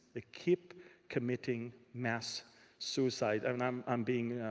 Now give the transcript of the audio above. they keep committing mass suicide. i mean i'm i'm being.